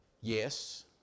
Yes